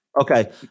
okay